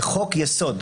לחוק יסוד: